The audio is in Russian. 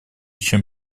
чем